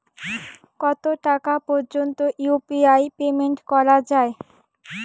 কত টাকা পর্যন্ত ইউ.পি.আই পেমেন্ট করা যায়?